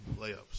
layups